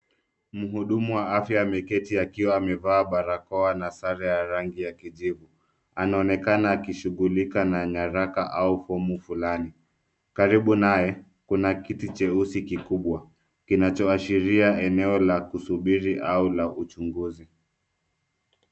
Mhudumu wa afya ameketi akiwa amevaa barakoa na sare ya rangi ya kijivu , anaonekana akishughulika na nyaraka au fomu fulani. Karibu naye Kuna kiti cheusi kikubwa ,kinacho ashiria eneo la kusubiri au la uchunguzi.